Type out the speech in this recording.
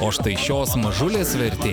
o štai šios mažulės vertė